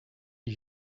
you